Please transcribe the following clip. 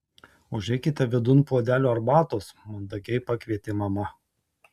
užeikite vidun puodelio arbatos mandagiai pakvietė mama